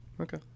okay